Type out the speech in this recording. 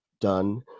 done